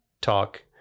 talk